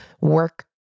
work